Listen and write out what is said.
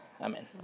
Amen